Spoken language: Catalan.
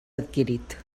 adquirit